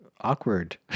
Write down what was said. awkward